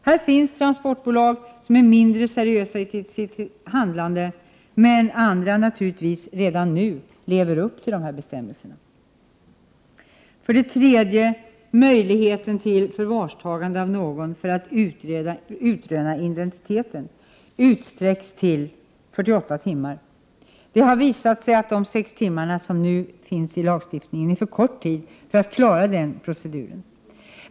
Här finns transportbolag som är mindre seriösa i sitt handlande, medan andra naturligtvis redan nu lever upp till bestämmelserna. 3. Möjligheten till förvarstagande av någon för att utröna identiteten utsträcks till 48 timmar. Det har visat sig att nuvarande 6 timmar är för kort tid för att klara av den proceduren.